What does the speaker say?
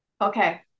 okay